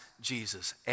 Jesus